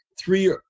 three